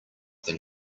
than